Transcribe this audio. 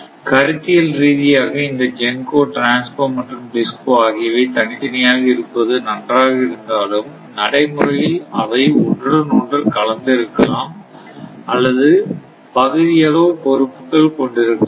கருத்தியல் ரீதியாக இந்த GENCO TRANSCO மற்றும் DISCO ஆகியவை தனித்தனியாக இருப்பது நன்றாக இருந்தாலும் நடைமுறையில் அவை ஒன்றுடன் ஒன்று கலந்து இருக்கலாம் அல்லது பகுதி பகுதி அளவு பொறுப்புக்கள் கொண்டிருக்கலாம்